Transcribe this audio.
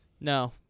No